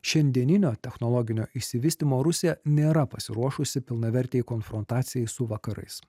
šiandieninio technologinio išsivystymo rusija nėra pasiruošusi pilnavertei konfrontacijai su vakarais